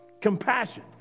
compassion